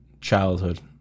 childhood